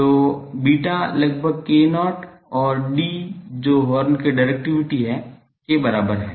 तो beta लगभग k0 और D जो हॉर्न की डिरेक्टिविटी है के बराबर है